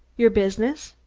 your business?